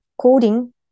coding